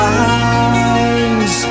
eyes